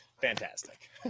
Fantastic